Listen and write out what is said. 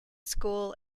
school